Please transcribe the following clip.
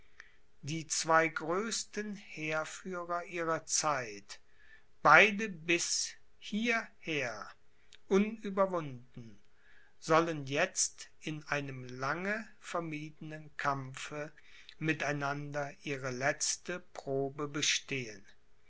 die zwei größten heerführer ihrer zeit beide bis hieher unüberwunden sollen jetzt in einem lange vermiedenen kampfe mit einander ihre letzte probe bestehen